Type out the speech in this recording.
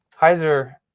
Heiser